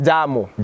Jamo